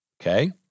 okay